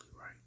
right